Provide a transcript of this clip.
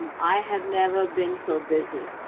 um i have never been so busy.